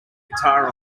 guitar